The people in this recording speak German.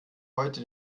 heute